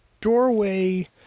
doorway